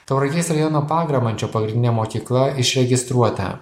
tauragės rajono pagramančio pagrindinė mokykla išregistruota